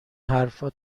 حرفها